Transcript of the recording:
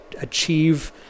achieve